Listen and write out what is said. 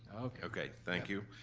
okay. okay, thank you.